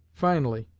finally,